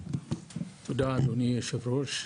תודה אדוני יושב הראש.